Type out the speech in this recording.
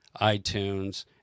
iTunes